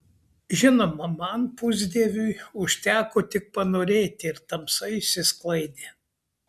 žinoma man pusdieviui užteko tik panorėti ir tamsa išsisklaidė